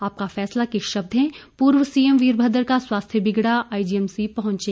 आपका फैसला के शब्द हैं पूर्व सीएम वीरभद्र का स्वास्थ्य बिगड़ा आईजीएमसी पहुंचे